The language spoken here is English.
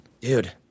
Dude